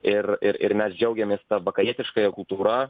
ir ir ir mes džiaugiamės ta vakarietiškąja kultūra